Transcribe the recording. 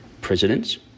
Presidents